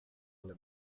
alla